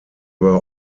were